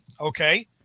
okay